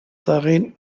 darin